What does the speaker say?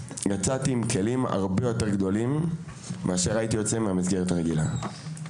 יצאתי עם כלים הרבה יותר גדולים מאשר הייתי יוצא מהמסגרת הרגילה.